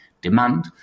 demand